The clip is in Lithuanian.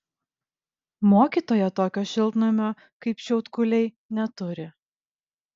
mokytoja tokio šiltnamio kaip šiaudkuliai neturi